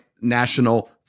national